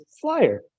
flyer